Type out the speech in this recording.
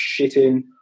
shitting